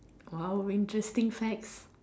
!wow! interesting facts